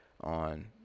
on